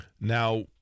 Now